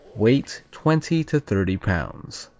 weight twenty to thirty pounds.